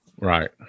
Right